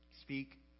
speak